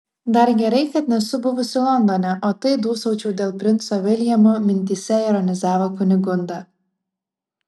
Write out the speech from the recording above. dar gerai kad nesu buvusi londone o tai dūsaučiau dėl princo viljamo mintyse ironizavo kunigunda